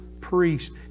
priest